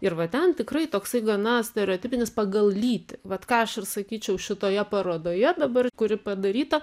ir va ten tikrai toksai gana stereotipinis pagal lytį vat ką aš ir sakyčiau šitoje parodoje dabar kuri padaryta